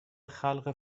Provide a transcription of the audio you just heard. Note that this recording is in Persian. خلق